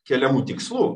keliamų tikslų